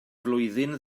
flwyddyn